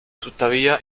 tuttavia